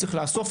צריך לאסוף,